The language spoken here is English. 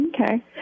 Okay